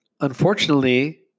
Unfortunately